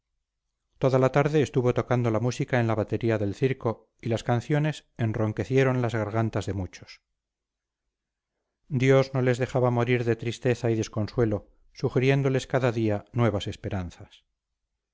toda la tarde estuvo tocando la música en la batería del circo y las canciones enronquecieron las gargantas de muchos dios no les dejaba morir de tristeza y desconsuelo sugiriéndoles cada día nuevas esperanzas